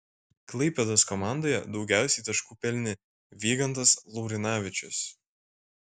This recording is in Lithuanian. klaipėdos komandoje daugiausiai taškų pelnė vygantas laurinavičius